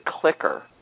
clicker